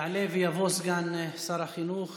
יעלה ויבוא סגן שר החינוך